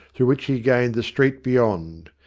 through which he gained the street beyond.